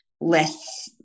less